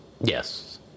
Yes